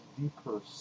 deeper